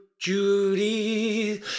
Judy